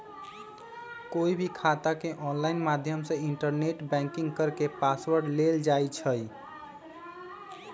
कोई भी खाता के ऑनलाइन माध्यम से इन्टरनेट बैंकिंग करके पासवर्ड लेल जाई छई